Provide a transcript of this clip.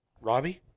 Robbie